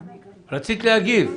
עודדה, רצית להגיב.